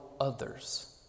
others